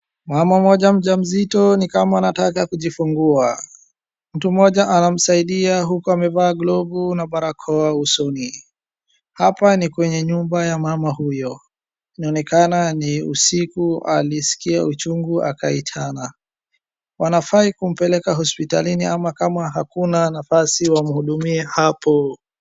Mama mmoja mjamzito nikama anataka kujifungua, mtu mmoja anamsaidia huku amevaa glovu na barakoa usoni, hapa ni kwenye nyumba ya mama huyo, inaonekana ni usiku aliskia uchungu akaitana, wanafaa kumpeleka hospitalini ama kama hakuna nafasi wamhudumie hapo.